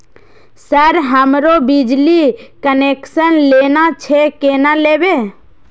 Sir हमरो बिजली connection लेना छे केना लेबे?